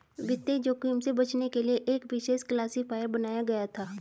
वित्तीय जोखिम से बचने के लिए एक विशेष क्लासिफ़ायर बनाया गया था